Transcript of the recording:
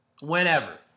Whenever